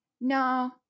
No